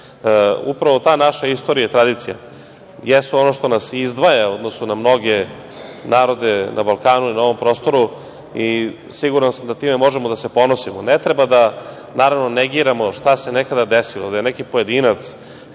danas. Upravo ta naša istorija i tradicija jesu ono što nas izdvaja u odnosu na mnoge narode na Balkanu i na ovom prostoru. Siguran sam da time možemo da se ponosimo. Ne treba da negiramo šta se nekada desilo, da je neki pojedinac